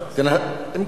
ואולי